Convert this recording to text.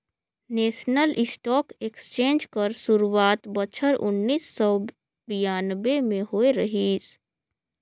national stock exchange कर सुरवात बछर उन्नीस सव बियानबें में होए रहिस